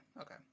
okay